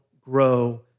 grow